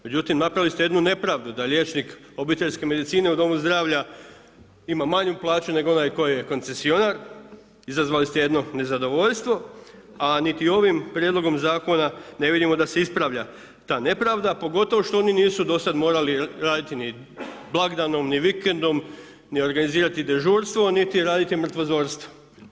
Međutim, napravili ste jednu nepravdu, da liječnik obiteljske medicine u domu zdravlja ima manju plaću nego onaj koji je koncesionar, izazvali ste jedno nezadovoljstvo a niti ovim prijedlogom zakona ne vidimo da se ispravlja ta nepravda pogotovo što oni nisu do sad morali raditi ni blagdanom, ni vikendom ni organizirati dežurstvo niti raditi mrtvozorstvo.